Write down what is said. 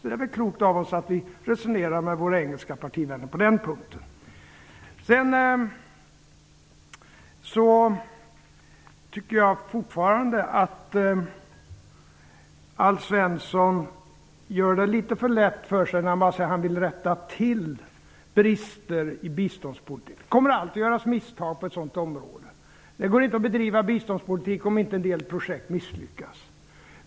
Det är klokt av oss att resonera med våra engelska partivänner på den punkten. Jag tycker fortfarande att Alf Svensson gör det litet för lätt för sig när han säger att han vill rätta till brister i biståndspolitiken. Det kommer alltid att göras misstag på ett sådant område. Det går inte att bedriva biståndspolitik, om inte en del projekt får misslyckas.